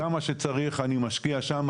כמה שצריך אני משקיע שם,